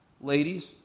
Ladies